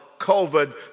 COVID